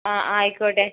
ആ ആയിക്കോട്ടെ